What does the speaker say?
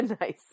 Nice